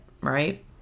right